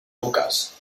lucas